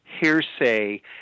hearsay